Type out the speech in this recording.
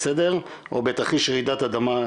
או בתרחיש רעידת אדמה,